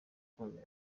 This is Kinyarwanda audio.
ukunzwe